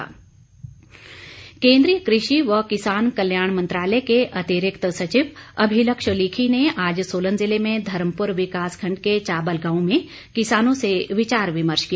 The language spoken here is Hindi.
सचिव केन्द्रीय कृषि व किसान कल्याण मंत्रालय के अतिरिक्त सचिव अभिलक्ष लीखी ने आज सोलन जिले में धर्मपुर विकास खंड के चाबल गांव में किसानों से विचार विमर्श किया